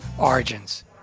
origins